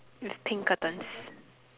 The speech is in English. with pink curtains